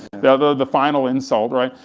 and the the final insult, right?